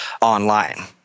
online